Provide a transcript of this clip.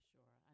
Sure